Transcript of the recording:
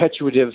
perpetuative